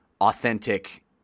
authentic